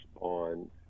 on